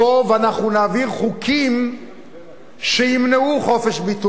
ואנחנו נעביר חוקים שימנעו חופש ביטוי,